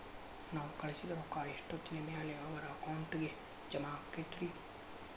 ನಾವು ಕಳಿಸಿದ್ ರೊಕ್ಕ ಎಷ್ಟೋತ್ತಿನ ಮ್ಯಾಲೆ ಅವರ ಅಕೌಂಟಗ್ ಜಮಾ ಆಕ್ಕೈತ್ರಿ?